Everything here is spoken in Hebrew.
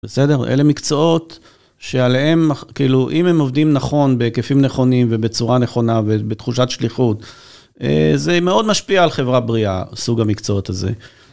בסדר? אלה מקצועות שעליהם, כאילו, אם הם עובדים נכון, בהיקפים נכוניים ובצורה נכונה ובתחושת שליחות, זה מאוד משפיע על חברה בריאה, סוג המקצועות הזה.